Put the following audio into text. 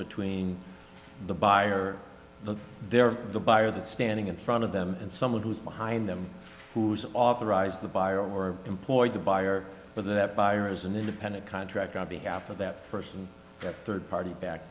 between the buyer but there the buyer that's standing in front of them and someone who is behind them who's authorized the buyer or employed the buyer but the buyer is an independent contractor on behalf of that person third party back